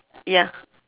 ya